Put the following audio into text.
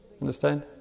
Understand